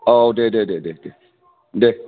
औ दे दे दे दे दे दे